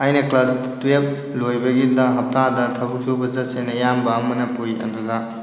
ꯑꯩꯅ class twelve ꯂꯣꯏꯕꯒꯤꯗ ꯍꯞꯇꯥꯗ ꯊꯕꯛ ꯁꯨꯕ ꯆꯠꯁꯦꯅ ꯑꯌꯥꯝꯕ ꯑꯃꯅ ꯄꯨꯏ ꯑꯗꯨꯗ